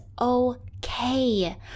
okay